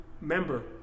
member